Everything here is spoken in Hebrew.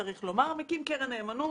הוא מקים קרן נאמנות,